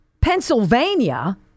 Pennsylvania